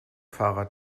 fahrer